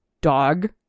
dog